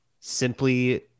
Simply